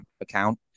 account